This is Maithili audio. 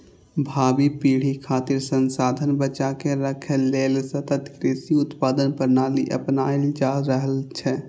भावी पीढ़ी खातिर संसाधन बचाके राखै लेल सतत कृषि उत्पादन प्रणाली अपनाएल जा रहल छै